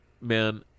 man